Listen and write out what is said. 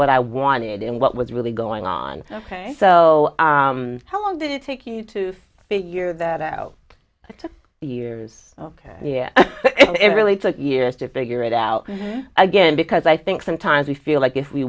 what i wanted and what was really going on ok so how long did it take you to figure that out it took years ok yeah it really took years to figure it out again because i think sometimes we feel like if we